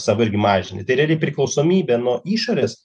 savo irgi mažini tai realiai priklausomybė nuo išorės